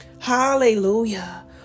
hallelujah